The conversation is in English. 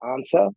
answer